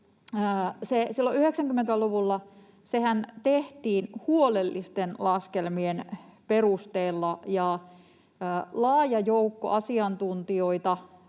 90‑luvullahan se tehtiin huolellisten laskelmien perusteella, ja sitä kannattaa laaja joukko asiantuntijoita,